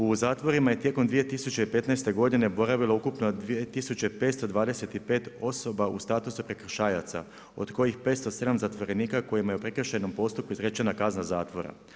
U zatvorima je tijekom 2015. godine boravilo ukupno 2525 osoba u statusu prekršajaca, od kojih 507 zatvorenika kojima je u prekršajnom postupku izrečena kazna zatvora.